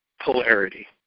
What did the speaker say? polarity